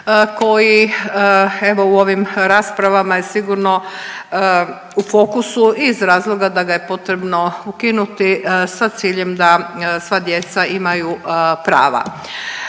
koji evo u ovim rasprava je sigurno u fokusu i iz razloga da ga je potrebno ukinuti sa ciljem da sva djeca imaju prava